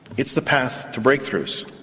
it's the path to breakthroughs.